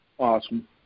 Awesome